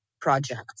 projects